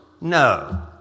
No